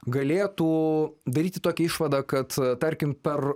galėtų daryti tokią išvadą kad tarkim per